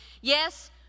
yes